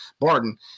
Barton